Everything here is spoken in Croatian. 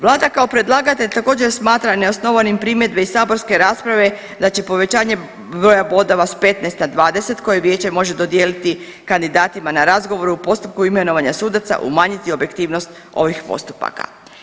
Vlada kao predlagatelj također smatra neosnovanim primjedbe iz saborske rasprave da će povećanje broja bodova s 15 na 20 koje Vijeće može dodijeliti kandidatima na razgovoru u postupku imenovanja sudaca umanjiti objektivnost ovih postupaka.